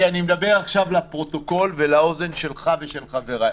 כי אני מדבר עכשיו לפרוטוקול ולאוזן שלך ושל חבריי,